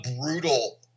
brutal